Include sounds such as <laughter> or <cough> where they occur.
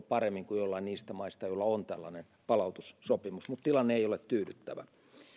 <unintelligible> paremmin kuin jollain niistä maista joilla on tällainen palautussopimus mutta tilanne ei ole tyydyttävä